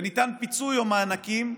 וניתנו פיצוי או מענקים,